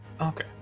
Okay